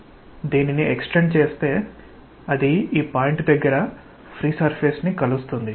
మనం దీనిని ఎక్స్టెండ్ చేస్తే అది ఈ పాయింట్ దగ్గర ఫ్రీ సర్ఫేస్ ని కలుస్తుంది